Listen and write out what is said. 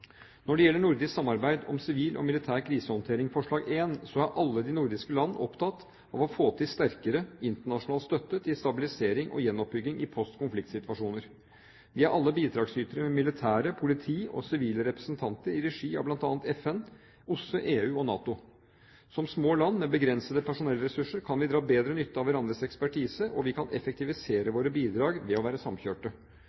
Når det gjelder nordisk samarbeid om sivil og militær krisehåndtering, forslag 1, så er alle de nordiske land opptatt av å få til sterkere internasjonal støtte til stabilisering og gjenoppbygging i post-konflikt-situasjoner. Vi er alle bidragsytere, med militære, politi og sivile representanter i regi av bl.a. FN, OSSE, EU og NATO. Som små land, med begrensede personellressurser, kan vi dra bedre nytte av hverandres ekspertise, og vi kan effektivisere